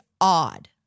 odd